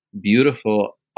beautiful